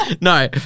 No